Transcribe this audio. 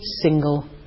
single